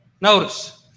Notice